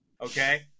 okay